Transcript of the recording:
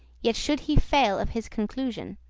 yet should he fail of his conclusion.